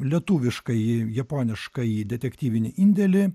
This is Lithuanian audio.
lietuviškąjį japoniškąjį detektyvinį indėlį